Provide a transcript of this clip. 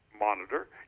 Monitor